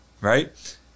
right